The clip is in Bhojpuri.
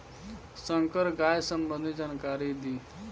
संकर गाय सबंधी जानकारी दी?